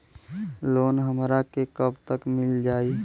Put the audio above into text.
Loan हमरा के कब तक मिल जाई?